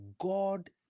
God